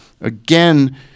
Again